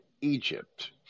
Egypt